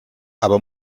aber